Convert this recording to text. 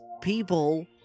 people